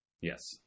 yes